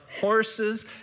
horses